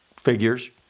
figures